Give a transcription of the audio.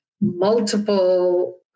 multiple